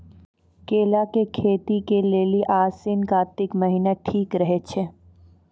केला के खेती के लेली आसिन कातिक महीना ठीक रहै छै